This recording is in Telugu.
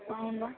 అవునా